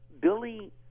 Billy